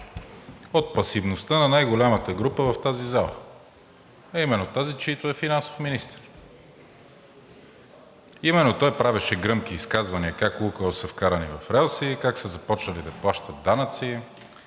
от пасивността на най-голямата група в тази зала, а именно тази, чийто е финансовият министър. Именно той правеше гръмки изказвания как „Лукойл“ са вкарани в релси, как са започнали да плащат данъци.